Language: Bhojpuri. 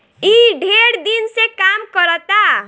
ई ढेर दिन से काम करता